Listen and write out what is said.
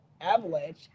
Avalanche